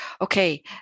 okay